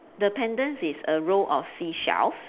the pendants is a row of seashells